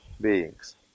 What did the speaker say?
beings